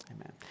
Amen